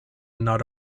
not